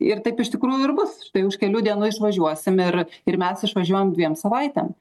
ir taip iš tikrųjų ir bus štai už kelių dienų išvažiuosim ir ir mes išvažiuojam dviem savaitėm